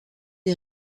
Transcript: les